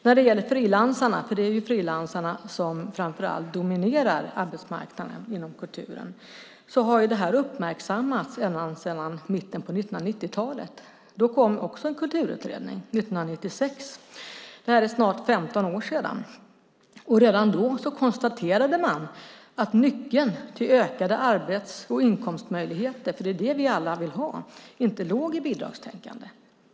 När det gäller frilansarna, för det är ju framför allt frilansarna som dominerar arbetsmarknaden inom kulturen, har detta uppmärksammats ända sedan mitten av 1990-talet. Då kom också en kulturutredning. Det var 1996. Det är snart 15 år sedan, och redan då konstaterade man att nyckeln till ökade arbets och inkomstmöjligheter - för det är det vi alla vill ha - inte låg i bidragstänkande.